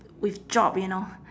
with job you know